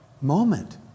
moment